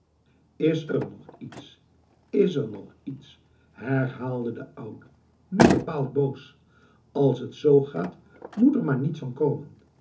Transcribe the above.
er nog iets is er nog iets herhaalde de oude nu bepaald boos als het zo gaat moet er maar niets van komen